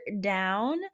down